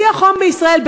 בשיא החום בישראל,